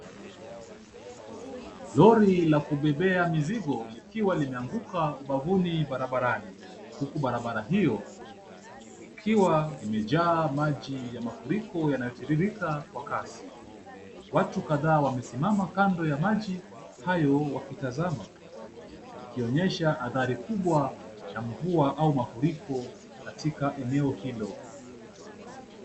Lori la kubebea mizigo likiwa limeanguka ubavuni barabarani huku barabara hiyo ikiwa imejaa maji ya mafuriko yanayotiririka kwa kasi. Watu kadhaa wamesimama kando ya maji hayo wakitazama ikionyesha athari kubwa ya mvua au mafuriko katika eneo hilo.